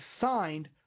signed